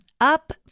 Up